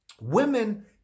women